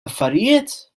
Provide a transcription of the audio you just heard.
affarijiet